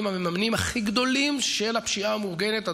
המממנים הכי גדולים של הפשיעה המאורגנת.